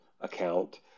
account